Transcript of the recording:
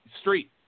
street